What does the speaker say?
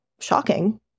shocking